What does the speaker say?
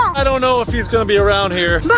i don't know if he's gonna be around here.